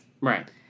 Right